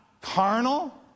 carnal